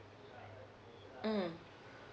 mm